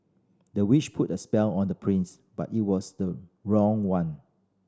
the witch put a spell on the prince but it was the wrong one